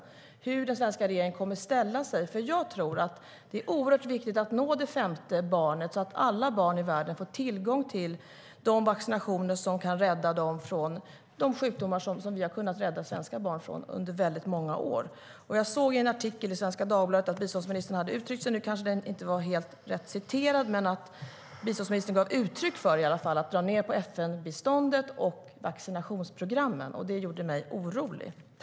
Hur kommer den svenska regeringen att ställa sig? Jag såg i en artikel i Svenska Dagbladet att biståndsministern gav uttryck för, även om hon kanske inte var helt rätt citerad, att dra ned på FN-biståndet och vaccinationsprogrammen. Det gjorde mig orolig.